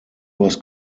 was